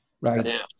right